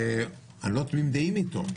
אני לא תמים דעים איתו,